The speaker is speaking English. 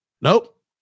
Nope